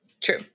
true